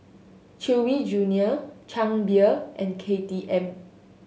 Chewy Junior Chang Beer and K T M